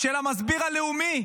של המסביר הלאומי,